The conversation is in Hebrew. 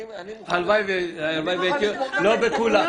אני מוכן לתמוך גם בהסתייגויות שלך.